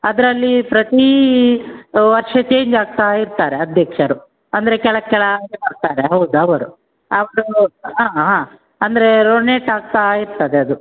ಅದರಲ್ಲಿ ಪ್ರತಿ ವರ್ಷ ಚೇಂಜ್ ಆಗ್ತಾ ಇರ್ತಾರೆ ಅಧ್ಯಕ್ಷರು ಅಂದರೆ ಕೆಳ ಕೆಳಗೆ ಬರ್ತಾರೆ ಹೌದು ಅವರು ಅವ್ರು ಹಾಂ ಹಾಂ ಅಂದ್ರೆ ರೋನೆಟ್ ಆಗ್ತಾ ಇರ್ತದೆ ಅದು